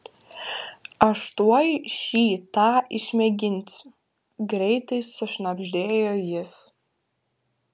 aš tuoj šį tą išmėginsiu greitai sušnabždėjo jis